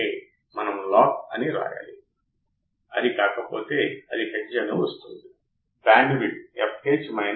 నేను మరోసారి పునరావృతం చేస్తాను ఎందుకంటే ఇది చాలా ముఖ్యమైనది input bias current input offset voltage చాలా ముఖ్యమైనది